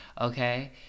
okay